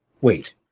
Wait